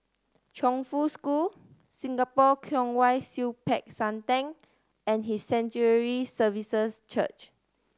Chongfu School Singapore Kwong Wai Siew Peck San Theng and His Sanctuary Services Church